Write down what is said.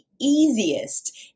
easiest